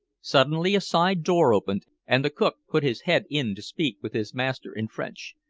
suddenly a side door opened, and the cook put his head in to speak with his master in french.